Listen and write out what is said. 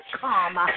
come